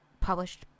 published